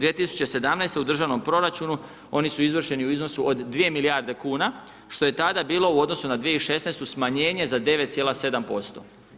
2017. u državnom proračunu oni su izvršeni u iznosu od dvije milijarde kuna, što je tada bilo u odnosu na 2016. smanjenje za 9,7%